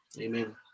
Amen